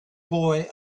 boy